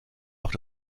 auch